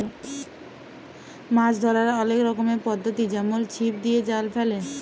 মাছ ধ্যরার অলেক রকমের পদ্ধতি যেমল ছিপ দিয়ে, জাল ফেলে